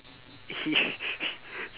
he